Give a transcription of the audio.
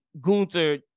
Gunther